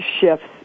shifts